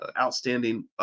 outstanding